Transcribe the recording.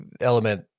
element